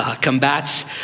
combats